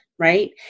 Right